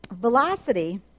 Velocity